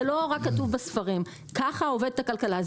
זה לא רק כתוב בספרים, ככה עובדת הכלכלה.